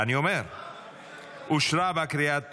אושרה בקריאה